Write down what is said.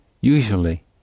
Usually